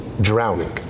drowning